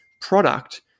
product